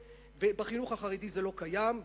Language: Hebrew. בחינוך החרדי זה לא קיים,